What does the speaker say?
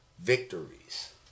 Victories